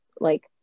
like-